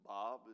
Bob